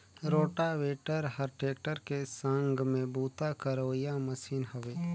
rotavator हर tractor के संघ में बूता करोइया मसीन हवे